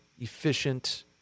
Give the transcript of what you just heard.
efficient